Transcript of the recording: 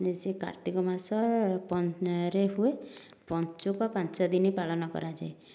ଏ ସେହି କାର୍ତ୍ତିକ ମାସ ରେ ହୁଏ ପଞ୍ଚୁକ ପାଞ୍ଚ ଦିନ ପାଳନ କରାଯାଏ